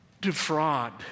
Defraud